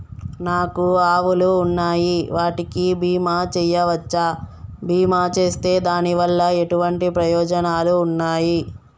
నాకు ఆవులు ఉన్నాయి వాటికి బీమా చెయ్యవచ్చా? బీమా చేస్తే దాని వల్ల ఎటువంటి ప్రయోజనాలు ఉన్నాయి?